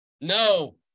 No